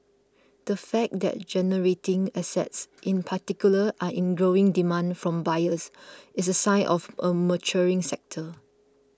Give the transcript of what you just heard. the fact that generating assets in particular are in growing demand from buyers is a sign of a maturing sector